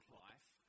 life